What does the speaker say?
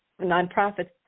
nonprofits